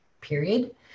period